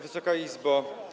Wysoka Izbo!